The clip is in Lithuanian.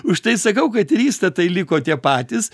užtai sakau kad ir įstatai liko tie patys